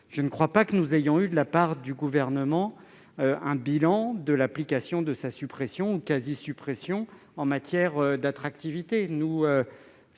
je ne crois pas que nous ayons eu de la part du Gouvernement un bilan de sa suppression ou de sa quasi-suppression en matière d'attractivité.